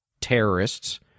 terrorists